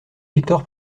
victor